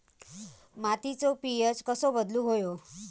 मातीचो पी.एच कसो बदलुक होयो?